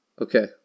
Okay